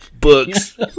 books